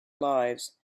lives